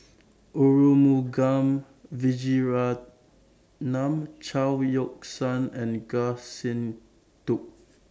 Arumugam Vijiaratnam Chao Yoke San and Goh Sin Tub